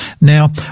Now